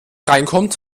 reinkommt